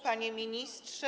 Panie Ministrze!